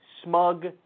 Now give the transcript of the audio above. smug